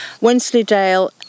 Wensleydale